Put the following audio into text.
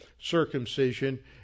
circumcision